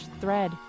thread